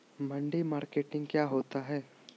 मंडी मार्केटिंग क्या होता है?